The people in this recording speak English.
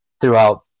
throughout